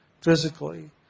physically